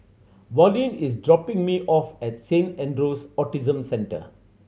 Verlene is dropping me off at Saint Andrew's Autism Centre